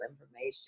information